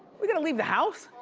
we gotta leave the house?